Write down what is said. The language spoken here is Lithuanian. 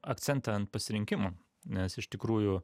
akcentą ant pasirinkimų nes iš tikrųjų